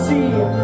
See